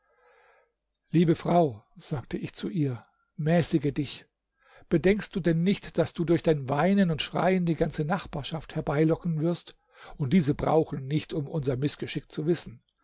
liebe frau sagte ich zu ihr mäßige dich bedenkst du denn nicht daß du durch dein weinen und schreien die ganze nachbarschaft herbeilocken wirst und diese brauchen nicht um unser mißgeschick zu wissen